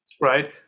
right